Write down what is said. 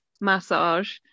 massage